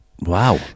wow